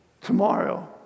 tomorrow